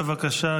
בבקשה,